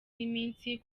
n’iminsi